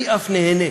אני אף נהנה,